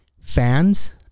fans